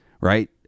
right